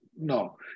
no